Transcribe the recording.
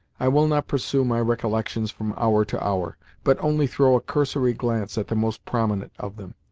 i will not pursue my recollections from hour to hour, but only throw a cursory glance at the most prominent of them,